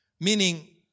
meaning